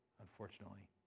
unfortunately